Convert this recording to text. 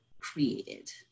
created